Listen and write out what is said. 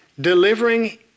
delivering